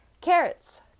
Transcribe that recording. Carrots